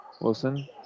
Wilson